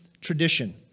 Tradition